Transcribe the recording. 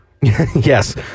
Yes